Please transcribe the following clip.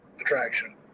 attraction